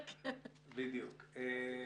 נתחיל.